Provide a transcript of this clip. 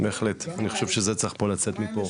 אני חושב שזה צריך לצאת מפה קריאה.